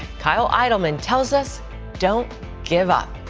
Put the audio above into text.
kyle idleman tells us don't give up.